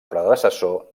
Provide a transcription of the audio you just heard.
predecessor